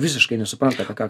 visiškai nesupranta apie ką